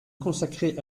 consacrer